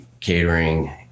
catering